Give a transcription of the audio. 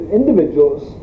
individuals